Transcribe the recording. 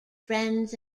friends